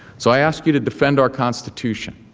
so i ask you to defend our constitution,